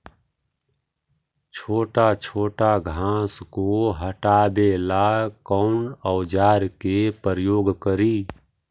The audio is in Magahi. छोटा छोटा घास को हटाबे ला कौन औजार के प्रयोग करि?